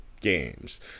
games